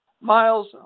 Miles